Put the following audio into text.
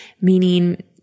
meaning